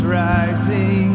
rising